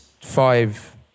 five